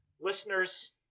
listeners